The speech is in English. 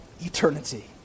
eternity